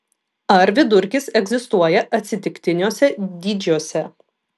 ar vidurkis egzistuoja atsitiktiniuose dydžiuose